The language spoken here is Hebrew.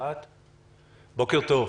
בוקר טוב.